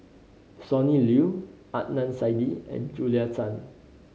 Sonny Liew Adnan Saidi and Julia Tan